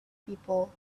people